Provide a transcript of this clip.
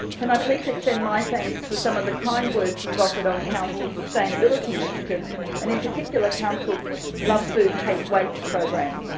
can i please extend my thanks to some of the kind words you've offered on council's sustainability initiatives and in particular council's love food hate waste program?